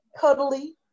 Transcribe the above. cuddly